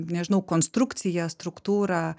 nežinau konstrukciją struktūrą